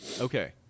Okay